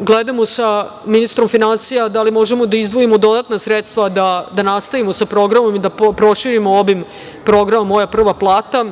gledamo sa ministrom finansija da li možemo da izdvojimo dodatna sredstva da nastavimo sa programom i da proširimo obim programa „Moja prva plata“.